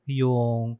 yung